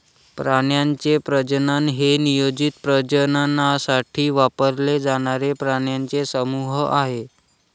प्राण्यांचे प्रजनन हे नियोजित प्रजननासाठी वापरले जाणारे प्राण्यांचे समूह आहे